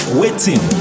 waiting